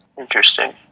Interesting